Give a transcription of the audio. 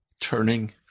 turning